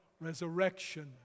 Resurrection